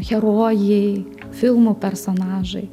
herojai filmų personažai